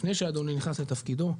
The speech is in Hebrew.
לפני שאדוני נכנס לתפקידו,